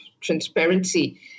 transparency